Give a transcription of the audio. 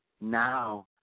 Now